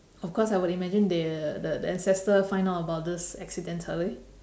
of course I would imagine they the the ancestor find out about this accidentally